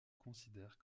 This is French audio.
considère